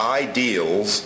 ideals